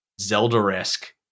Zelda-esque